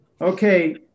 Okay